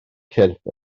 cyrff